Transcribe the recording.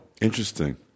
Interesting